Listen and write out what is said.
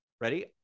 Ready